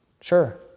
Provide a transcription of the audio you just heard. Sure